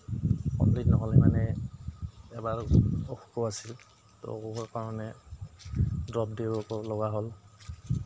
complete নহ'ল মানে এবাৰ অসুখো আছিল ত' অসুখৰ কাৰণে ড্ৰপ দিব লগা হ'ল